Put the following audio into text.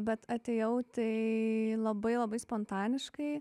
bet atėjau tai labai labai spontaniškai